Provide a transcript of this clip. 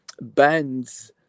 bands